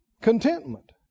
contentment